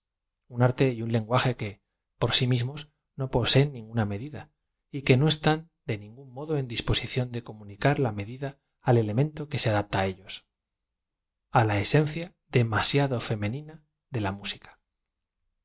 un arte y un lengua je que por si mismos no poseen ninguna medida y que no están de ningún modo en disposición de comu nicar la medida al elemento que se adapta á ellos á la esencia demasiado femenina de la msica